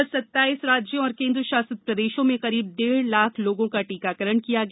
कल सत्ताईस राज्यों और केन्द्रशासित प्रदेशों में करीब डेढ़ लाख लोगों का टीकाकरण किया गया